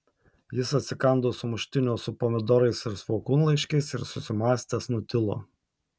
jis atsikando sumuštinio su pomidorais ir svogūnlaiškiais ir susimąstęs nutilo